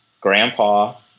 grandpa